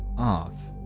off